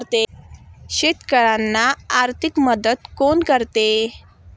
शेतकऱ्यांना आर्थिक मदत कोण करते?